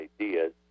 ideas